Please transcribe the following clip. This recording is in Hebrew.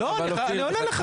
אני עונה לך.